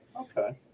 Okay